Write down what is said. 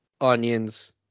onions